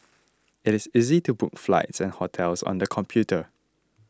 it is easy to book flights and hotels on the computer